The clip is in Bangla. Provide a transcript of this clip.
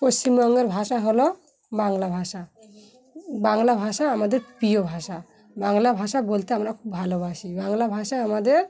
পশ্চিমবঙ্গের ভাষা হলো বাংলা ভাষা বাংলা ভাষা আমাদের প্রিয় ভাষা বাংলা ভাষা বলতে আমরা খুব ভালোবাসি বাংলা ভাষা আমাদের